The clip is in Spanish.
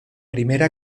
primera